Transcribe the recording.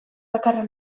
bakarra